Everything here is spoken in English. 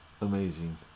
amazing